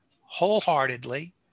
wholeheartedly